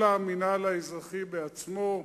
אלא המינהל האזרחי בעצמו,